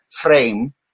frame